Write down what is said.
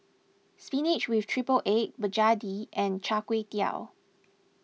Spinach with Triple Egg Begedil and Char Kway Teow